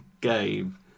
game